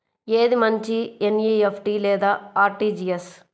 ఏది మంచి ఎన్.ఈ.ఎఫ్.టీ లేదా అర్.టీ.జీ.ఎస్?